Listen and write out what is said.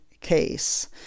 case